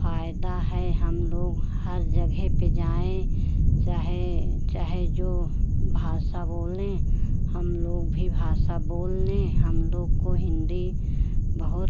फायदा है हम लोग हर जगह पर जाएँ चाहे चाहे जो भाषा बोलें हम लोग भी भाषा बोल लें हम लोग को हिन्दी बहुत